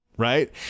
right